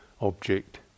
object